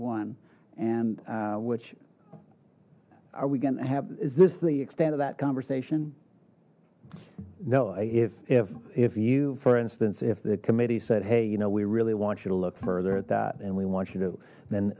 one and which are we going to have is this the extent of that conversation know if if you for instance if the committee said hey you know we really want you to look further at that and we want you to then